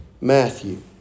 Matthew